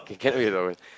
cannot be a towel